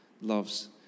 loves